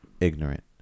ignorant